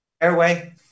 Airway